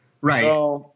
Right